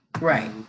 Right